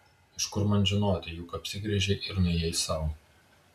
iš kur man žinoti juk apsigręžei ir nuėjai sau